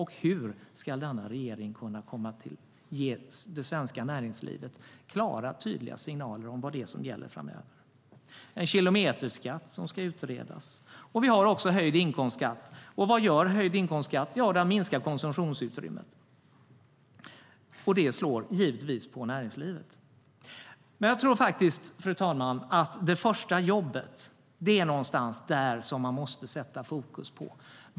Hur ska regeringen kunna ge det svenska näringslivet klara och tydliga signaler om vad det är som gäller framöver? En kilometerskatt ska också utredas. Fru talman! Det är på det första jobbet vi måste sätta fokus.